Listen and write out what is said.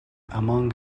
among